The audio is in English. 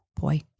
boy